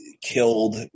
killed